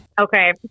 Okay